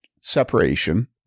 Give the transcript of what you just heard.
separation